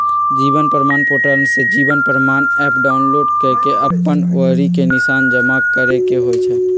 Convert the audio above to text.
जीवन प्रमाण पोर्टल से Jeevan Pramaan app download कऽ के अप्पन अँउरी के निशान जमा करेके होइ छइ